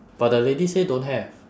but the lady say don't have